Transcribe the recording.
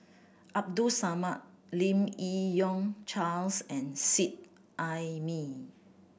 Abdul Samad Lim Yi Yong Charles and Seet Ai Mee